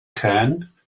can